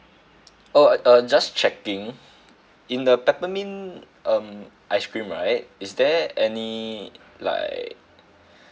oh uh just checking in the peppermint um ice cream right is there any like